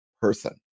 person